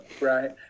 Right